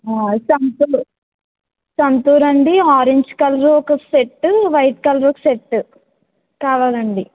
సంతూర్ సంతూరండి orange colour ఒక set white colour ఒక సెట్టు కావాలండి